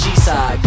G-side